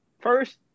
First